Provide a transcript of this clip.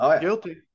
guilty